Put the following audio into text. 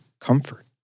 comfort